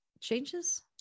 changes